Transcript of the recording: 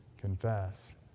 confess